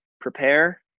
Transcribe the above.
prepare